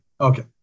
Okay